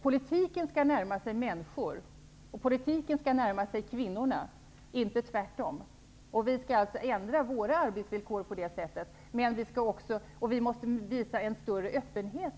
Politiken skall närma sig människorna, och politiken skall närma sig kvinnorna -- inte tvärtom. Vi måste ändra våra arbetsvillkor på sådant sätt att detta blir möjligt, och det kräver en större öppenhet.